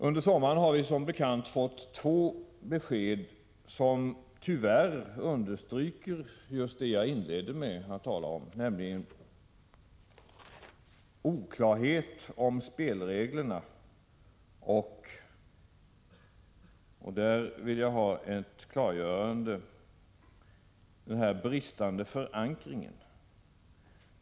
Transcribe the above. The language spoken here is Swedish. Under sommaren har vi som bekant fått två besked som tyvärr understryker det jag inledde med att tala om, nämligen oklarheten om spelreglerna och — där vill jag ha ett klargörande — den bristande förankringen.